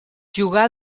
jugà